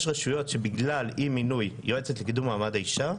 יש רשויות שבגלל אי מינוי יועצת לקידום מעמד האישה,